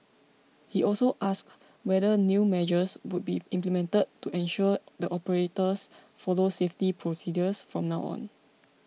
he also asked whether new measures would be implemented to ensure the operators follow safety procedures from now on